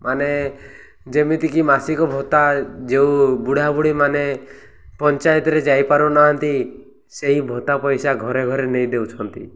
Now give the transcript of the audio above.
ମାନେ ଯେମିତିକି ମାସିକ ଭତ୍ତା ଯେୋଉ ବୁଢ଼ ବୁଢ଼ୀ ମାନେ ପଞ୍ଚାୟତରେ ଯାଇପାରୁନାହାନ୍ତି ସେଇ ଭତ୍ତା ପଇସା ଘରେ ଘରେ ନେଇ ଦେଉଛନ୍ତି